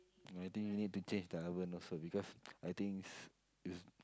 I think you need to change the oven also because I think s~ is